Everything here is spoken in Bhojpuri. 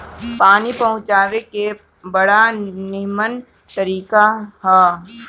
पानी पहुँचावे के बड़ा निमन तरीका हअ